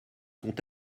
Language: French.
sont